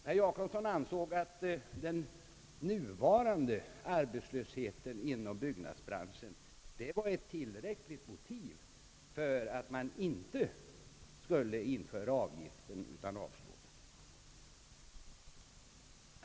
Herr Jacobsson ansåg att den nuvarande arbetslösheten inom byggnadsbranschen var ett tillräckligt motiv för att inte införa avgiften.